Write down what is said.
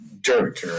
dirt